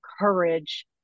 courage